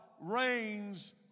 reigns